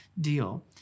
deal